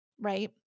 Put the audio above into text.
right